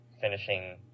finishing